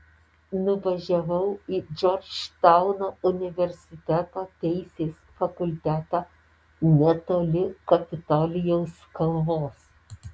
nuvažiavau į džordžtauno universiteto teisės fakultetą netoli kapitolijaus kalvos